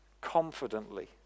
confidently